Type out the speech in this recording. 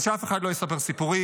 אז שאף אחד לא יספר סיפורים,